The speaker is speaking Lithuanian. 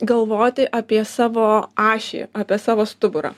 galvoti apie savo ašį apie savo stuburą